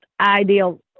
ideal